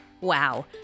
Wow